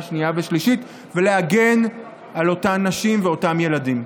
שנייה ושלישית ולהגן על אותן נשים ואותם ילדים.